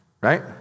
right